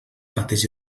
pateix